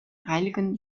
heiligen